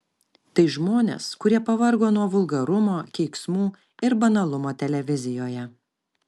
tai žmonės kurie pavargo nuo vulgarumo keiksmų ir banalumo televizijoje